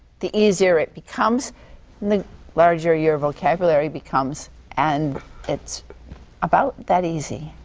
the easier it becomes and the larger your vocabulary becomes and it's about that easy.